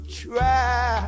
try